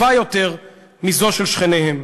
טובה יותר מזו של שכניהם.